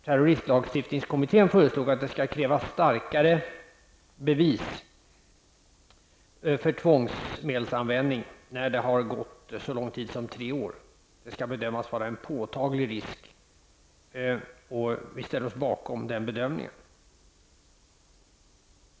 Terroristlagstiftningskommittén föreslog att det skall krävas starkare bevis för tvångsmedelsanvändning när det har gått så lång tid som tre år. Det skall bedömas vara en påtaglig risk. Vi ställer oss bakom den bedömningen.